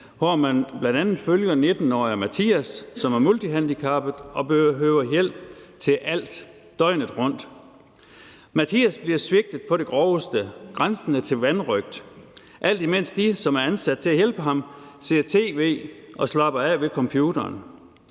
hvor man bl.a. følger 19-årige Mathias, som er multihandicappet og behøver hjælp til alt døgnet rundt. Mathias bliver svigtet på det groveste, grænsende til vanrøgt, alt imens dem, som er ansat til at hjælpe ham, ser tv og slapper af ved computeren.